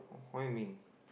what you mean